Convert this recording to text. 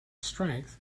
strength